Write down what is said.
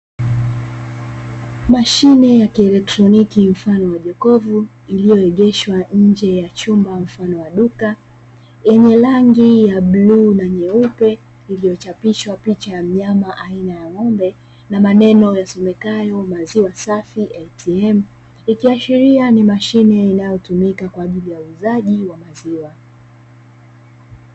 Mashine ya kielektroniki mfano wa jokovu iliyoegeshwa nje ya chumba cha duka yenye rangi ya bluu na nyeupe, iliyochapishwa picha ya mnyama aina ya ng'ombe na maneno yasonyekayo "Maziwa Safi ATM", ikiaashiria ni mashine inayotumika kwa ajili ya uuzaji wa maziwa.